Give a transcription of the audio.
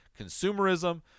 consumerism